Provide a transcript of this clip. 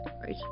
right